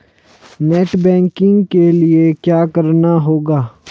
Net banking के लिए क्या करना होगा?